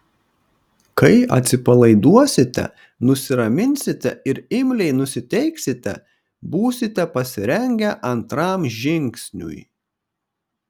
kai atsipalaiduosite nusiraminsite ir imliai nusiteiksite būsite pasirengę antram žingsniui